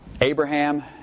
Abraham